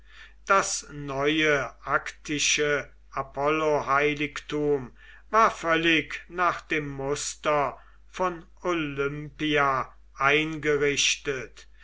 das neue aktische apolloheiligtum war völlig nach dem muster von olympia eingerichtet